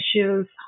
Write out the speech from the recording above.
issues